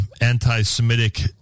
anti-Semitic